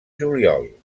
juliol